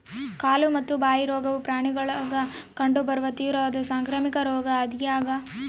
ಕಾಲು ಮತ್ತು ಬಾಯಿ ರೋಗವು ಪ್ರಾಣಿಗುಳಾಗ ಕಂಡು ಬರುವ ತೀವ್ರವಾದ ಸಾಂಕ್ರಾಮಿಕ ರೋಗ ಆಗ್ಯಾದ